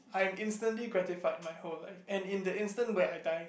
I'm instantly gratified my whole life and in the instant where I die